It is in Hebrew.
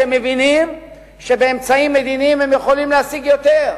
שהם מבינים שבאמצעים מדיניים הם יכולים להשיג יותר,